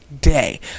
day